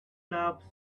loves